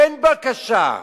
אין בקשה.